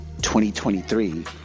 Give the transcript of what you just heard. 2023